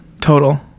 total